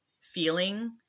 feeling